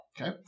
Okay